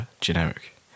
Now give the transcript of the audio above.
generic